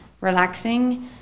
relaxing